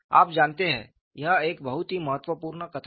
आप जानते हैं यह एक बहुत ही महत्वपूर्ण कथन है